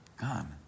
Gone